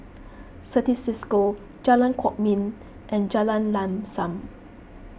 Certis Cisco Jalan Kwok Min and Jalan Lam Sam